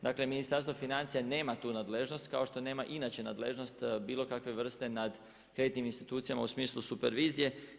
Dakle, Ministarstvo financija nema tu nadležnost kao što nema inače nadležnost bilo kakve vrste nad kreditnim institucijama u smislu supervizije.